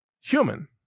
human